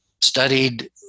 studied